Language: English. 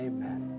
Amen